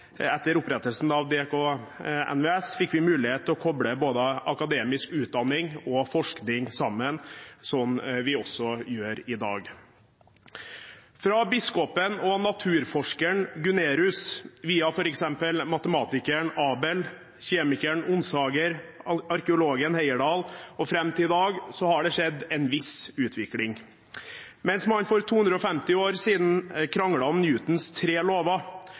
etter opprettelsen av DKNVS, fikk vi mulighet til å kople akademisk utdanning og forskning sammen, som vi også gjør i dag. Fra biskopen og naturforskeren Gunnerus via f.eks. matematikeren Abel, kjemikeren Onsager, arkeologen Heyerdahl og fram til i dag har det skjedd en viss utvikling. Mens man for 250 år siden kranglet om Newtons tre